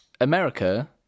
America